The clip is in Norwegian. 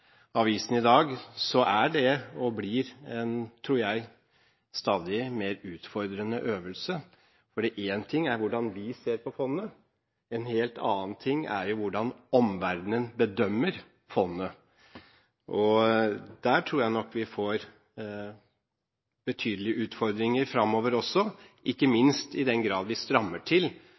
i en av avisene i dag, tror jeg det er, og blir, en stadig mer utfordrende øvelse, for en ting er hvordan vi ser på fondet, en helt annen ting er hvordan omverdenen bedømmer fondet. Der tror jeg nok vi får betydelige utfordringer fremover også, ikke minst i den grad vi strammer til